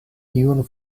tiun